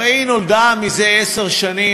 הרי היא נולדה, זה עשר שנים.